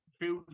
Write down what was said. feels